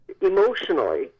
emotionally